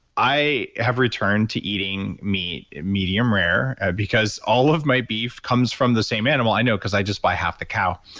i have returned to eating meat medium rare because all of my beef comes from the same animal. i know because i buy half the cow,